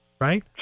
right